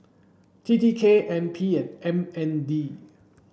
T T K N P and M N D